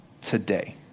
today